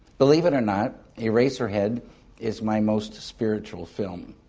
believe it or not, eraserhead is my most spiritual film.